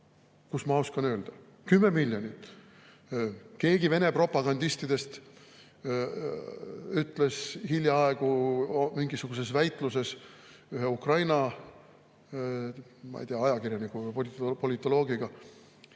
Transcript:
Kust ma oskan öelda? Kümme miljonit? Keegi Vene propagandistidest ütles hiljaaegu mingisuguses väitluses ühe Ukraina ajakirjaniku või politoloogiga: